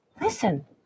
listen